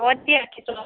অঁ দিয়ক ৰাখিছো